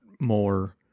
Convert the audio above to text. more